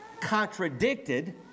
contradicted